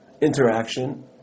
interaction